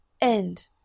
End